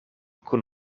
kun